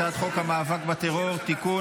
הצעת חוק המאבק בטרור (תיקון,